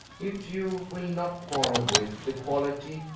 if you will not quarrel with the quality,